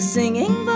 singing